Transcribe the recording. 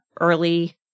early